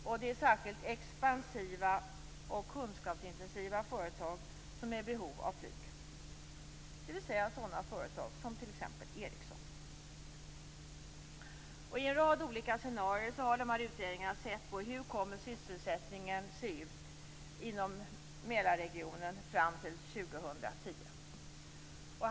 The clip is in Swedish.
Expansiva och kunskapsintensiva företag, dvs. sådana företag som t.ex. Ericsson, är särskilt i behov av flyg. I en rad olika scenarier har utredningarna sett på hur sysselsättningen kommer att se ut inom Mälarregionen fram till 2010.